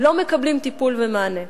לא מקבלים טיפול ומענה.